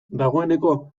dagoeneko